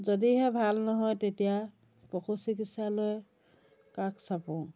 যদিহে ভাল নহয় তেতিয়া পশু চিকিৎসালয় কাষ চাপোঁ